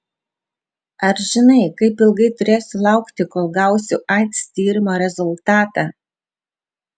ar žinai kaip ilgai turėsiu laukti kol gausiu aids tyrimo rezultatą